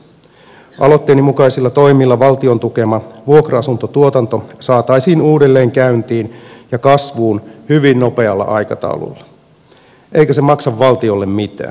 aloitteeni mukaisilla toimilla valtion tukema vuokra asuntotuotanto saataisiin uudelleen käyntiin ja kasvuun hyvin nopealla aikataululla eikä se maksa valtiolle mitään